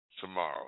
tomorrow